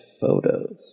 photos